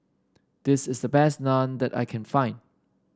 this is the best Naan that I can find